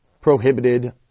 prohibited